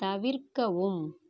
தவிர்க்கவும்